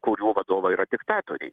kurių vadovai yra diktatoriai